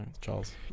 Charles